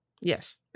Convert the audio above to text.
Yes